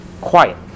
quiet